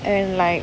and like